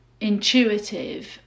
intuitive